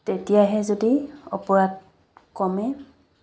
তেতিয়াহে যদি অপৰাধ কমে